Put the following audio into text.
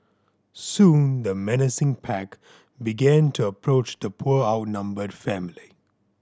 soon the menacing pack began to approach the poor outnumbered family